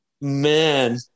man